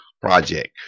Project